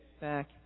Back